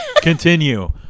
continue